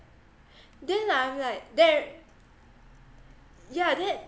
then I'm like there yeah that